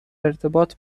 ارتباط